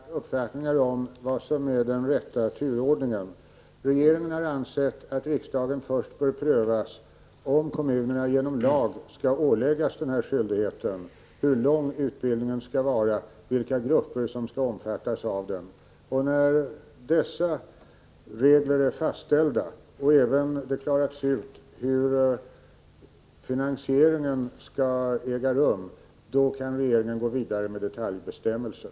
Herr talman! Det kan naturligtvis råda delade meningar om vad som är den rätta turordningen. Regeringen har ansett att riksdagen först bör pröva om 61 kommunerna genom lag skall åläggas den här skyldigheten — att fastställa hur lång utbildningen skall vara och vilka grupper som skall omfattas av den. När dessa regler är fastställda och det klarats ut hur finansieringen skall ske, kan regeringen gå vidare med detaljbestämmelser.